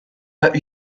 pas